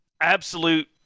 absolute